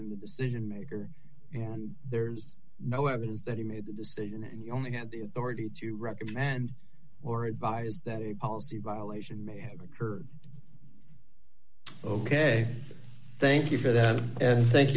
n decision maker and there's no evidence that he made the decision and you only had the authority to recommend or advise that a policy violation may have occurred ok thank you for that and thank